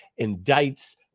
indicts